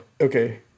Okay